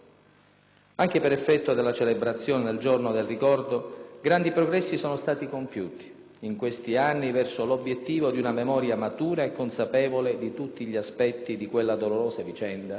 Anche per effetto della celebrazione del «Giorno del ricordo», grandi progressi sono stati compiuti, in questi anni, verso l'obiettivo di una memoria matura e consapevole di tutti gli aspetti di quella dolorosa vicenda,